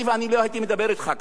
אני לא הייתי מדבר אתך כך.